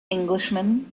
englishman